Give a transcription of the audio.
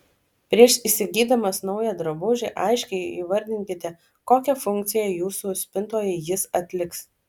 prieš įsigydamos naują drabužį aiškiai įvardinkite kokią funkciją jūsų spintoje jis atliks